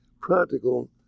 practical